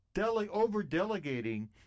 over-delegating